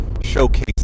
showcase